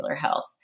health